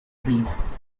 trees